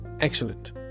Excellent